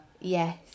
Yes